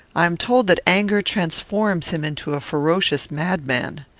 i am told that anger transforms him into a ferocious madman.